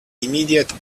immediate